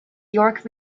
york